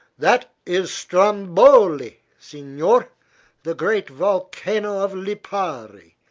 that is stromboli, signor, the great volcano of lipari.